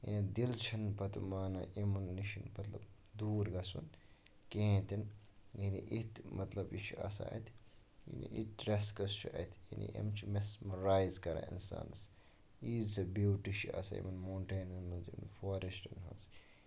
دل چھُنہ پَتہٕ مانان یِمن نِش مطلب دور گَژھن کہینۍ تِنہٕ یعنی یِتھ مطلب یہِ چھُ آسان اَتہِ چھُ اَتہِ یعنی یِم چھِ میسمٕرایز کَران انسانس یٖژاہ بیوٹی چھِ آسان یِمن مَوٹینن منٛز فارسٹن منٛز